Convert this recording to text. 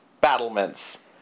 battlements